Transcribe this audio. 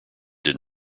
did